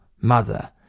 mother